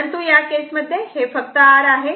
परंतु या केसमध्ये हे फक्त R आहे